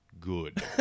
good